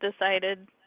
decided